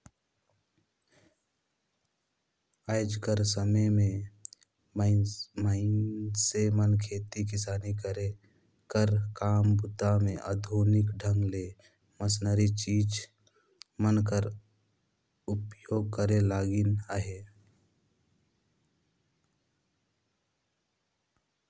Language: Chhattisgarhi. आएज कर समे मे मइनसे मन खेती किसानी कर काम बूता मे आधुनिक ढंग ले मसीनरी चीज मन कर उपियोग करे लगिन अहे